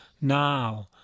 now